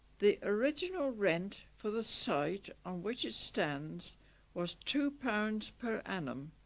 the original rent for the site on which it stands was two pounds per annum